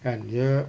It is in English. kan dia